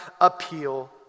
appeal